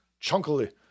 chunkily